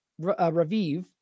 Raviv